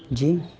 جی